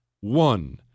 One